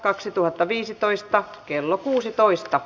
keskustelua ei syntynyt